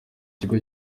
kigo